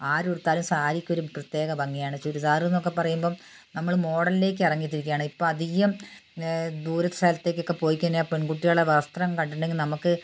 ആരുടുത്താലും സാരിക്കൊരു പ്രത്യേക ഭംഗി ആണ് ചുരിദാറെന്നൊക്കെ പറയുമ്പം നമ്മൾ മോഡലിലേക്ക് ഇറങ്ങിത്തിരിക്കുകയാണ് ഇപ്പം അധികം ദൂരസ്ഥലത്തേക്ക് ഒക്കെ പോയിക്കഴിഞ്ഞാൽ പെൺകുട്ടികളെ വസ്ത്രം കണ്ടിട്ടുണ്ടെങ്കിൽ നമുക്ക്